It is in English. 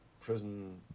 Prison